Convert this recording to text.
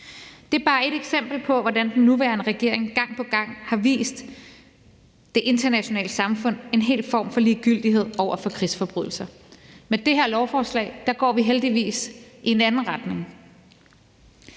Det er bare et eksempel på, hvordan den nuværende regering gang på gang har vist det internationale samfund en total form for ligegyldighed over for krigsforbrydelser. Med det her lovforslag går vi heldigvis i en anden retning.